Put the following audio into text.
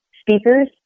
speakers